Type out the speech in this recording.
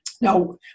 Now